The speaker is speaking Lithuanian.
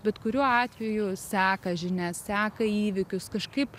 bet kuriuo atveju seka žinias seka įvykius kažkaip